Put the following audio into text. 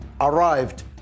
arrived